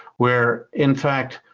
where, in fact,